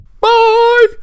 bye